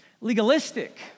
legalistic